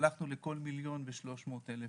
שלחנו לכל 1.3 מיליון המבוטחים,